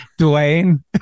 Dwayne